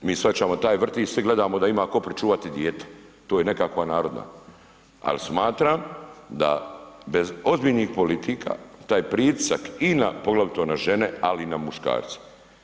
Mi shvaćamo taj vrtić svi gledamo da ima tko pričuvati dijete, to je nekakva narodna, ali smatram da bez ozbiljnih politika taj pritisak i na poglavito na žene, ali i na muškarce.